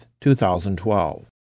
2012